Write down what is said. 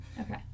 Okay